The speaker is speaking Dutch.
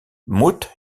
moet